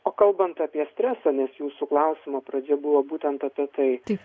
o kalbant apie stresą nes jūsų klausimo pradžia buvo būtent apie tai